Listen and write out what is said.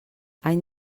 any